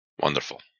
Wonderful